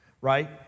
right